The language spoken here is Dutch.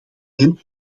hen